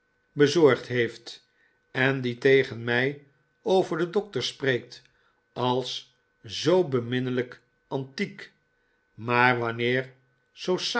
bezorgd heeft en die tegen mij over den doctor spreekt als zoo beminnelijk antiek maar wanneer society